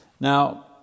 Now